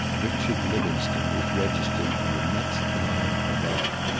richard livingstone was registered on the next line above.